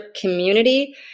community